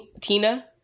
Tina